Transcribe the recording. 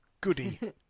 Goody